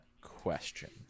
question